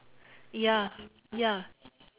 ya ya